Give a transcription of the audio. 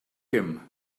him